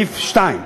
(2)